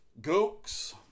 gooks